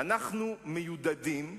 "אנחנו מיודדים"